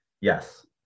Yes